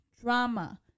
drama